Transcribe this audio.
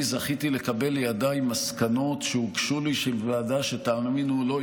אני זכיתי לקבל לידי מסקנות שהוגשו לי של ועדה שתאמינו או לא,